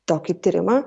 tokį tyrimą